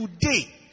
Today